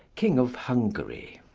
king of hungary.